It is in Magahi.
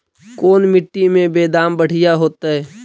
कोन मट्टी में बेदाम बढ़िया होतै?